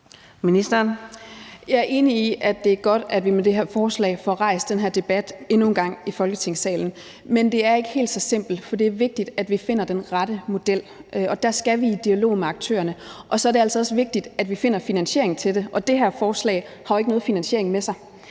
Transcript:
Jeg er enig i, at det er godt, at vi med det her forslag endnu en gang får rejst den her debat i Folketingssalen. Men det er ikke helt så simpelt. For det er vigtigt, at vi finder den rette model, og der skal vi i dialog med aktørerne. Så er det altså også vigtigt, at vi finder en finansiering til det, og det her forslag har jo ikke nogen finansiering med sig.